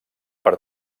per